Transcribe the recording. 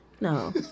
No